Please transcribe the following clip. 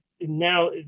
now